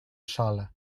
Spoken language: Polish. szale